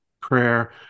prayer